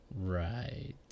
Right